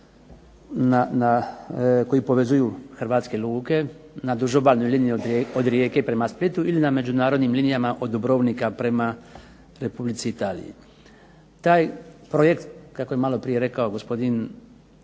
koji povezuju hrvatske luke na duž obalnoj liniji od Rijeke prema Splitu, ili na međunarodnim linijama od Dubrovnika prema Republici Italiji. Taj projekt, kako je maloprije rekao gospodin